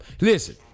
Listen